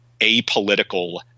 apolitical